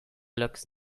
looks